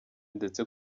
ndetse